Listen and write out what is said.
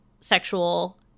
sexual